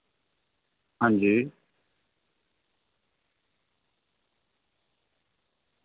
हां जी